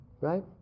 right